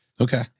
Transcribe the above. Okay